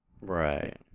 Right